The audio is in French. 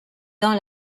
dans